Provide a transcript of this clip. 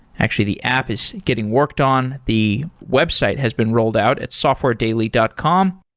actually, the app is getting worked on. the website has been rolled out at softwaredaily dot com.